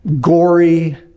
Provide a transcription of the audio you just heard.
gory